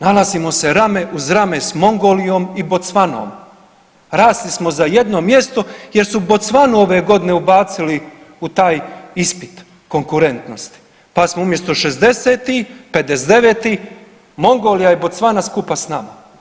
Nalazimo se rame uz rame s Mongolijom i Bocvanom, rasli smo za jedno mjesto jer su Bocvanu ove godine ubacili u taj ispit konkurentnosti pa smo umjesto 60., 59., Mongolija i Bocvana skupa s nama.